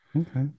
Okay